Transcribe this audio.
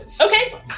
Okay